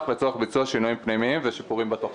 לצורך ביצוע שינויים פנימיים ושיפורים בתוכנה.